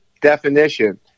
definition